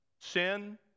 sin